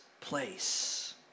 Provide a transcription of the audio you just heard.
place